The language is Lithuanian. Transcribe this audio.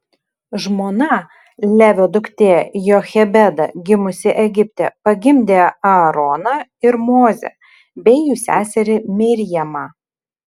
žmona levio duktė jochebeda gimusi egipte pagimdė aaroną ir mozę bei jų seserį mirjamą